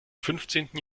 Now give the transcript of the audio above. fünfzehnten